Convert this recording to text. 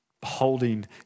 Beholding